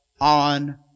on